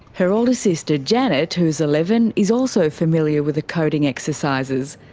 her older sister janet, who's eleven, is also familiar with the coding exercises.